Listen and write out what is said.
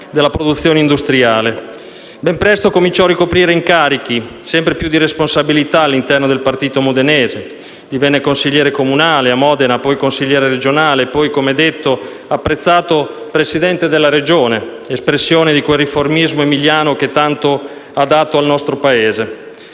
Ben presto cominciò a ricoprire incarichi sempre più di responsabilità all'interno del partito modenese: divenne consigliere comunale a Modena, poi consigliere regionale, poi, come si è detto, apprezzato Presidente della Regione, espressione di quel riformismo emiliano che tanto ha dato al nostro Paese.